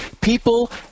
people